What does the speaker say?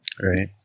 Right